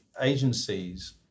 agencies